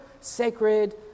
sacred